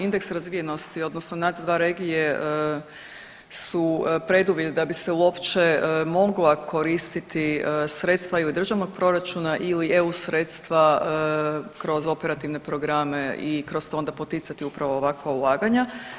Indeks razvijenosti odnosno NUTS 2 regije su preduvjet da bi se uopće mogla koristiti sredstva i državnog proračuna i EU sredstva kroz operativne programe i kroz onda poticati upravo ovakva ulaganja.